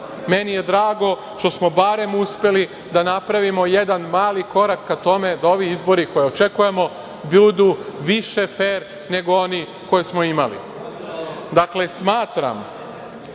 meni je drago što smo barem uspeli da napravimo jedan mali korak ka tome da ovi izbori koje očekujemo budu više fer nego oni koje smo imali. Dakle, smatram